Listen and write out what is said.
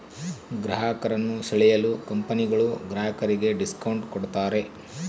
ಗ್ರಾಹಕರನ್ನು ಸೆಳೆಯಲು ಕಂಪನಿಗಳು ಗ್ರಾಹಕರಿಗೆ ಡಿಸ್ಕೌಂಟ್ ಕೂಡತಾರೆ